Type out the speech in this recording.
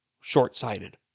short-sighted